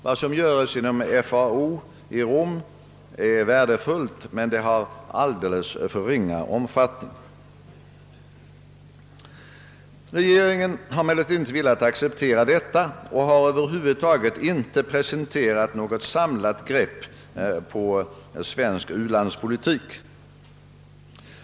Vad som görs inom FAO i Rom är värdefullt men har alldeles för ringa omfattning. Regeringen har emellertid inte velat acceptera detta och har över huvud taget inte presenterat något samlat grepp på svensk u-landspolitik.